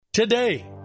Today